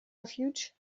refuge